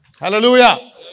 Hallelujah